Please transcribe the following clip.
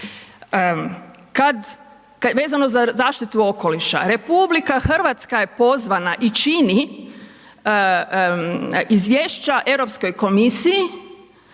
Vezano za zaštitu okoliša, Republika Hrvatska je pozvana i čini izvješća Europskoj komisiji